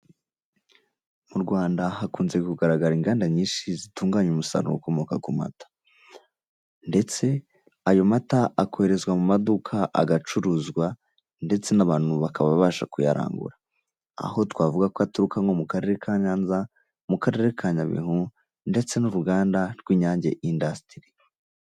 Mu Rwanda hakunze kugaragara inganda nyinshi zitunganya umusaruro ukomotse ku mata, ndetse ayo mata akoherezwa mu maduka agacuruzwa ndetse n'abantu bakaba babasha kuyarangura. Aho twavuga ko aturuka nko mu karere ka Nyanza mu karere ka Nyabihu ndetse n'uruganda rw'Inyange indasitiri.